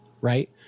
right